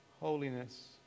holiness